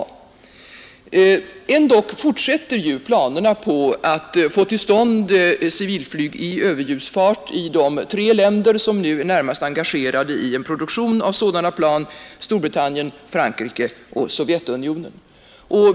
Ändå fortsätter planerna på att få till stånd civilflyg i överljudsfart i de tre länder som nu närmast är engagerade i produktion av sådana plan, nämligen Storbritannien, Frankrike och Sovjetunionen.